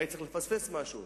ואסור היה לפספס משהו.